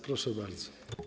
Proszę bardzo.